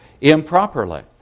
improperly